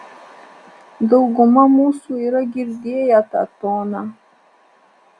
dauguma mūsų yra girdėję tą toną